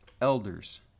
elders